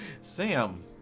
Sam